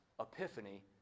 Epiphany